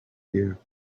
year